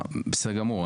בסדר גמור,